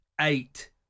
eight